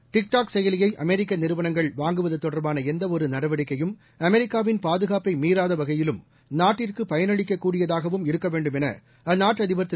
TikTok செயலியை அமெரிக்கநிறுவனங்கள் வாங்குவதுதொடர்பானஎந்தவொருநடவடிக்கையும் அமெரிக்காவின் பாதுகாப்பைமீறாதவகையிலும் நாட்டிற்குபயனளிக்கக்கூடியதாகவும் இருக்கவேண்டும் எனஅந்நாட்டுஅதிபர் திரு